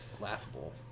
laughable